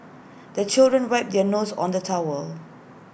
the children wipe their noses on the towel